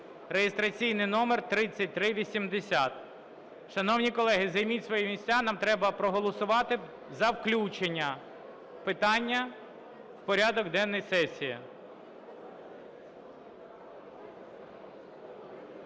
(реєстраційний номер 3380). Шановні колеги, займіть свої місця, нам треба проголосувати за включення питання в порядок денний сесії.